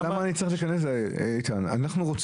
אני אומר, אם לא.